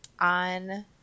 on